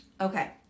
okay